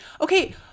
Okay